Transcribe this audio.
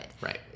right